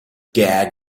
gag